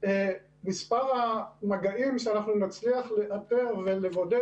מספר המגעים שאנחנו נצליח לנטר ולבודד,